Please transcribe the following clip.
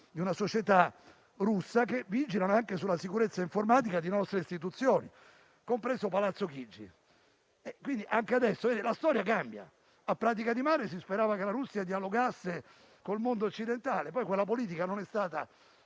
di una società russa che vigilano anche sulla sicurezza informatica delle nostre istituzioni, compreso Palazzo Chigi. Vedete, anche adesso, la storia cambia. A Pratica di Mare si sperava che la Russia dialogasse con il mondo occidentale, poi quella politica non è stata